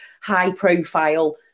high-profile